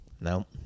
No